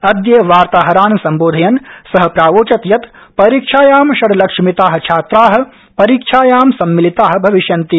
अद्य वार्ताहरान् सम्बोधयन् सः प्रावोचत् यत् परीक्षायां षड्लक्षमिताः छात्रा सम्मिलिता भविष्यन्ति